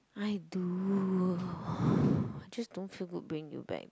I do just don't feel good bringing you back